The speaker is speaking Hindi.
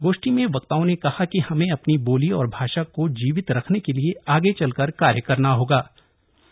गोष्ठी में वक्ताओं ने कहा कि हमें अपनी बोली और भाषा को जीवित रखने के लिए आगे आकर कार्य करने होंगे